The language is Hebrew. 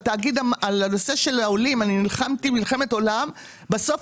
על נושא של העולים אני נלחמתי מלחמת עולם ובסוף